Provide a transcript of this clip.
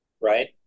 right